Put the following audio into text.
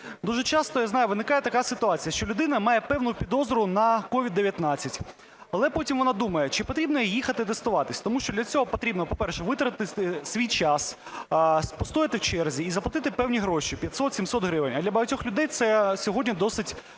Дуже часто, я знаю, виникає така ситуація, що людина має певну підозру на СOVID-19 Але потім вона думає, чи потрібно їй їхати тестуватися, тому що для цього потрібно, по-перше, витратити свій час, постояти в черзі і заплатити певні гроші – 500-700 гривень, а для багатьох людей це сьогодні досить значна